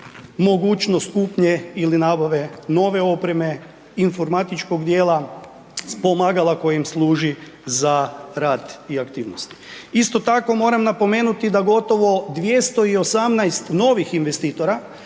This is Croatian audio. mogućnost kupnje ili nabave nove opreme, informatičkog dijela s pomagala koji im služi za rad i aktivnosti. Isto tako moram napomenuti da gotovo 218 novih investitora